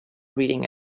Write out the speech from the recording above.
reading